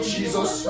Jesus